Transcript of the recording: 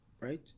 right